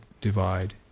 divide